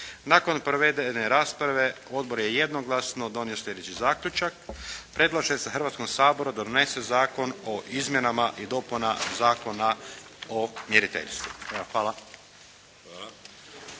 Nakon provedene rasprave odbor je jednoglasno donio slijedeći zaključak: "Predlaže se Hrvatskom saboru da donese Zakon o izmjenama i dopunama Zakona o mjeriteljstvu." Hvala.